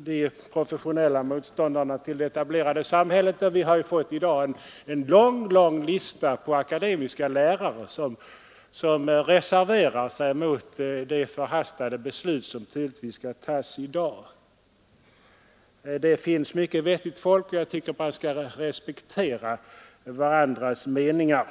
de professionella motståndarna till de etablerade i samhället. Vi har i dag fått en lång, lång lista på akademiska lärare som reserverat sig mot det förhastade beslut som tydligtvis skall fattas i dag. Det finns mycket vettigt folk bland motståndarna till bron, och jag tycker att man skall respektera varandras meningar.